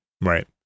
Right